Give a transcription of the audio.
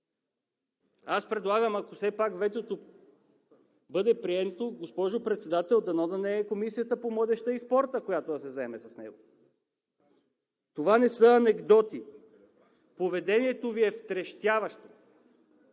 Аз предлагам, ако все пак ветото бъде прието, госпожо Председател, дано да не е Комисията по въпросите на младежта и спорта, която да се заеме с него! Това не са анекдоти. Поведението Ви е втрещяващо.